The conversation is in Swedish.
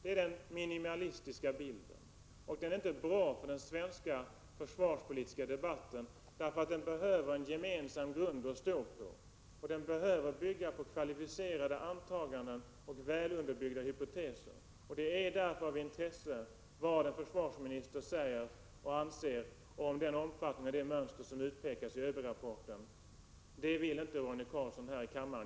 Det är den minimalistiska bilden och den är inte bra för den svenska försvarspolitiska debatten, därför att denna behöver en gemensam grund och därför att den måste bygga på kvalificerade antaganden och väl underbyggda hypoteser. Det är således av intresse vad en försvarsminister säger och anser om den omfattning och det mönster som utpekas i ÖB-rapporten. Den saken vill Roine Carlsson inte uttala sig om här kammaren.